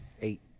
eight